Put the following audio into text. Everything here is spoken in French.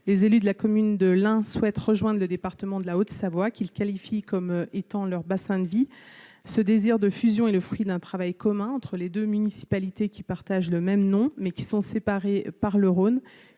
les élus de la commune de l'Ain, souhaite rejoindre le département de la Haute-Savoie, qu'il qualifie comme étant leur bassin de vie, ce désir de fusion est le fruit d'un travail commun entre les 2 municipalités qui partagent le même nom, mais qui sont séparés par le Rhône